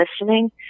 listening